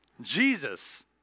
Jesus